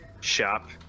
shop